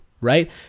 right